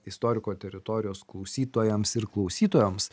istoriko teritorijos klausytojams ir klausytojoms